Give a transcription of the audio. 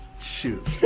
Shoot